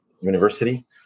university